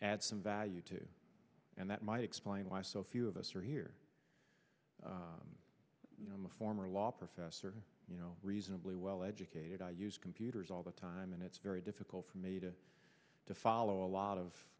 add some value to and that might explain why so few of us are here i'm a former law professor you know reasonably well educated i use computers all the time and it's very difficult for me to follow a lot of